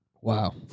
Wow